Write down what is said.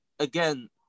Again